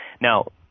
Now